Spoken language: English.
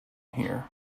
here